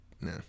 Nah